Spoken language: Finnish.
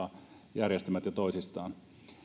järjestelmät toisistaan